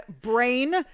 Brain